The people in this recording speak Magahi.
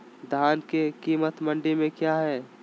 धान के कीमत मंडी में क्या है?